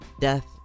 death